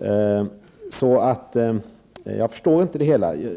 måste ändra lagen. Jag förstår därför inte resonemanget.